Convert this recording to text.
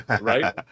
Right